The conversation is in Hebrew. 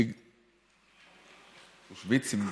אושוויינצ'ים.